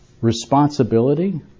responsibility